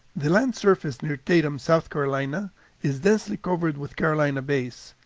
the land surface near tatum, south carolina is densely covered with carolina bays.